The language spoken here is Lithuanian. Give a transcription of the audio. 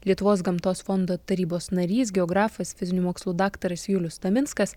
lietuvos gamtos fondo tarybos narys geografas fizinių mokslų daktaras julius taminskas